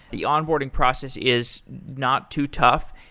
the onboarding process is not too tough,